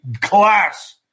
class